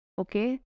Okay